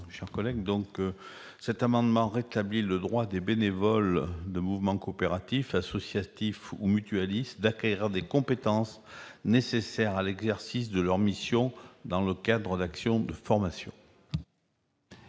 rectifié. Cet amendement vise à rétablir le droit des bénévoles de mouvements coopératifs, associatifs ou mutualistes d'acquérir des compétences nécessaires à l'exercice de leurs missions dans le cadre d'actions de formation.